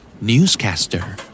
Newscaster